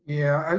yeah,